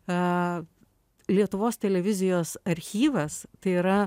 lietuvos televizijos archyvas tai yra